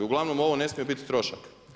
Uglavnom, ovo ne smije biti trošak.